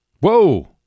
Whoa